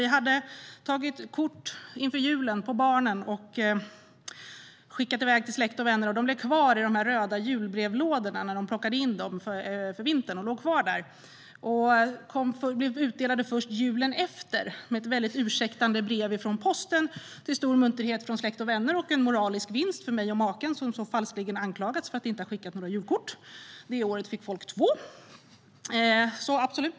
Vi hade tagit kort på barnen inför julen och skickat iväg till släkt och vänner. De blev kvar i de röda julbrevlådorna när de plockades in för vintern. De delades ut först julen efter med ett mycket ursäktande brev från posten, till stor munterhet för släkt och vänner och med en moralisk vinst för mig och maken som så falskeligen hade anklagats för att inte ha skickat några julkort. Det året fick folk två julkort.